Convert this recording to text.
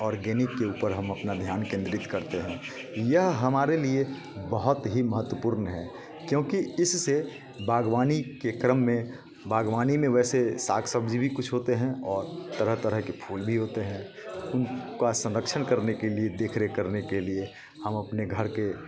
organic के ऊपर हम अपना ध्यान केंद्रित करते हैं यह हमारे लिए बहुत ही महत्वपूर्ण है क्योंकि इससे बागवानी के क्रम में बागवानी में वैसे साग सब्जी भी कुछ होते हैं और तरह तरह के फूल भी होते हैं का संरक्षण करने के लिए देख रेख करने के लिए हम अपने घर के